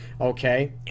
okay